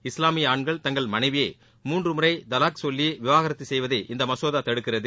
இஸ்லாமிய ஆண்கள் தங்களை மனைவியை மூன்று மூறை தலாக் சொல்லி விவகாரத்து செய்வதை இந்த மசோதா தடுக்கிறது